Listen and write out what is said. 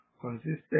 consistent